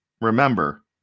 remember